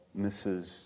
Mrs